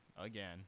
again